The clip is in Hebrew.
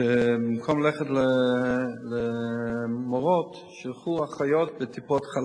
כך שבמקום ללכת להיות מורות הן ילכו להיות אחיות בטיפות-חלב